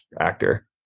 Actor